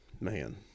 Man